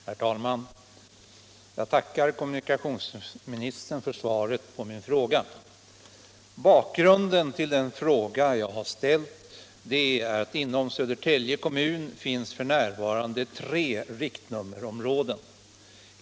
Herr talman! Jag tackar kommunikationsministern för svaret på min fråga. Bakgrunden till frågan är att det inom Södertälje kommun f. n. finns tre riktnummerområden.